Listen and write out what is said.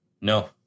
No